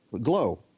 glow